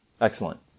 excellent